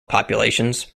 populations